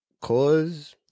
cause